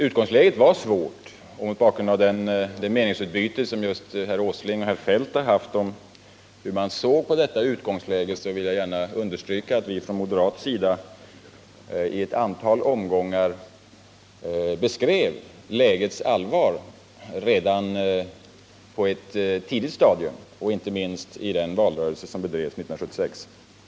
Mot bakgrund av det meningsutbyte som herr Åsling och herr Feldt just har haft om hur man såg på detta utgångsläge vill jag gärna understryka att vi från moderat sida i ett antal omgångar redan på ett tidigt stadium — inte minst i den valrörelse som drevs 1976 — beskrev lägets allvar.